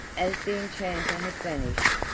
as the enchanter had vanished,